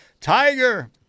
Tiger